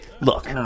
look